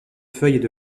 feuilles